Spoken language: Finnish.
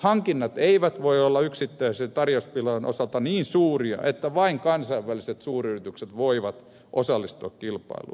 hankinnat eivät voi olla yksittäisten tarjouskilpailujen osalta olla niin suuria että vain kansainväliset suuryritykset voivat osallistua kilpailuun